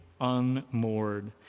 unmoored